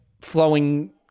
flowing